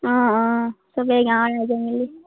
অঁ অঁ চবেই গাঁৱৰ ৰাইজে মিলি